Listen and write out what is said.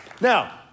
Now